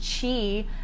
chi